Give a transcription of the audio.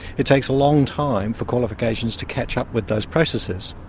it takes a long time for qualifications to catch up with those processes.